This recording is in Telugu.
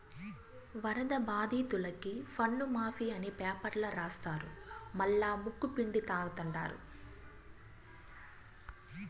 వరద బాధితులకి పన్నుమాఫీ అని పేపర్ల రాస్తారు మల్లా ముక్కుపిండి లాగతండారు